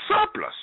surplus